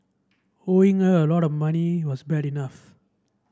owing her a lot of money was bad enough